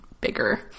bigger